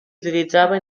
utilitzava